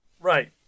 Right